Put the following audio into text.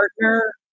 partner